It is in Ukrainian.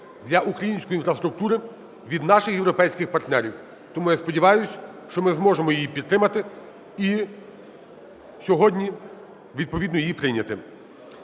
для української інфраструктури від наших європейських партнерів. Тому я сподіваюсь, що ми зможемо її підтримати і сьогодні відповідно її прийняти.